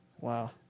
Wow